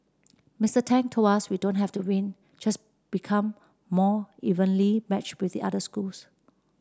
Mister Tang told us we don't have to win just become more evenly matched with the other schools